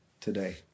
today